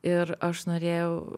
ir aš norėjau